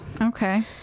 okay